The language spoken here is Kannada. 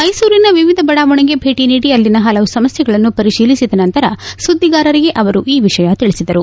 ಮೈಸೂರಿನ ವಿವಿಧ ಬಡಾವಣೆಗೆ ಭೇಟಿ ನೀಡಿ ಅಲ್ಲಿನ ಹಲವು ಸಮಸ್ಥೆಗಳನ್ನು ಪರಿತೀಲಿಸಿದ ನಂತರ ಸುದ್ಗಿಗಾರರಿಗೆ ಅವರು ಈ ವಿಷಯ ತಿಳಿಸಿದರು